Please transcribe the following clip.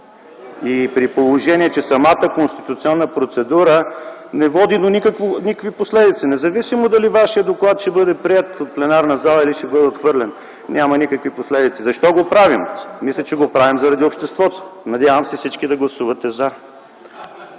и при положение че самата конституционна процедура не води до никакви последици, независимо дали вашият доклад ще бъде приет от пленарната зала или ще бъде отхвърлен, няма никакви последици. Защо го правим? Мисля, че го правим заради обществото. Надявам се всички да гласувате „за”.